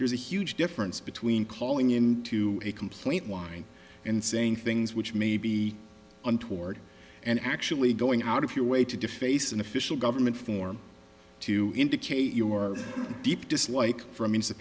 there's a huge difference between calling into a complaint whine and saying things which may be untoward and actually going out of your way to deface an official government form to indicate your deep dislike for a means of